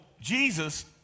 Jesus